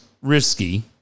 risky